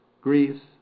Greece